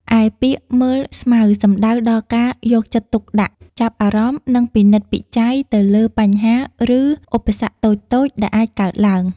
ឯពាក្យ មើលស្មៅ សំដៅដល់ការយកចិត្តទុកដាក់ ចាប់អារម្មណ៍ និងពិនិត្យពិច័យទៅលើ បញ្ហា ឬឧបសគ្គតូចៗ ដែលអាចកើតឡើង។